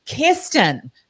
Kirsten